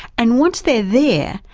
and once they're there,